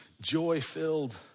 joy-filled